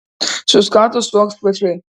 suskato suokt svečiai